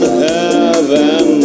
heaven